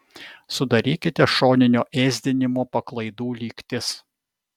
sudarykite šoninio ėsdinimo paklaidų lygtis